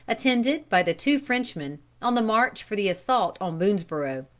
attended by the two frenchmen, on the march for the assault on boonesborough.